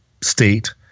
state